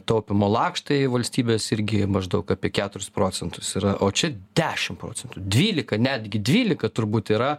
taupymo lakštai valstybės irgi maždaug apie keturis procentus yra o čia dešimt procentų dvylika netgi dvylika turbūt yra